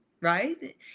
right